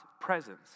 presence